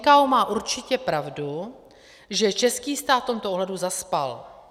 NKÚ má určitě pravdu, že český stát v tomto ohledu zaspal.